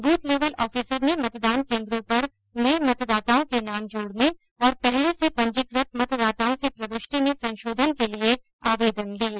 booth level officer ने मतदान केन्द्रों पर नए मतदाताओं के नाम जोड़र्ने और पहले से पंजीकृत मतदाताओं से प्रविष्टी में संशोधन के लिए आवेदन लिये